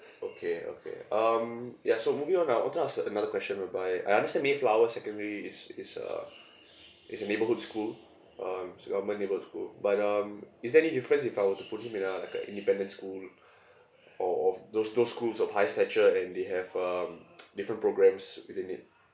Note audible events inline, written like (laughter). okay okay um ya so moving on I want to ask another question whereby I understand mayflower secondary is is a is a neighbourhood school um so uh my neighbourhood school but um is there any difference if I were to put him in a like a independent school (breath) o~ of those those schools of high stature and they have um different programmes within it